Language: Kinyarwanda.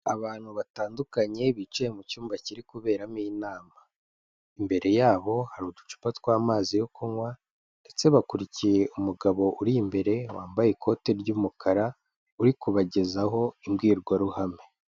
Abantu batandukanye bicaye mu cyumba kiri kuberamo inama, imbere yabo hari uducupa tw'amazi yo kunywa ndetse bakurikiye umugabo uri imbere wambaye ikote ry'umukara uri kubagezaho imbwirwaruhame.